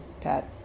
Pat